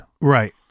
Right